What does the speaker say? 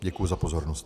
Děkuji za pozornost.